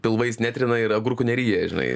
pilvais netrina ir agurkų neryja žinai